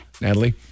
Natalie